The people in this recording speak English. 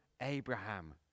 Abraham